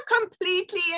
completely